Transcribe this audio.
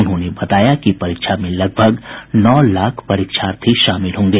उन्होंने बताया कि परीक्षा में लगभग नौ लाख परीक्षार्थी शामिल होंगे